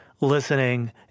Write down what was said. listening